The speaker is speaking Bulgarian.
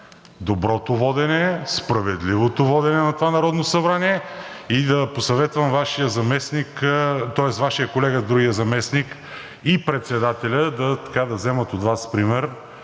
доброто водене, справедливото водене на това Народно събрание и да посъветвам Вашия колега – другия заместник и председателя, да вземат от Вас пример